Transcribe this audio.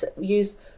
use